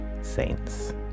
Saints